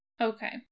Okay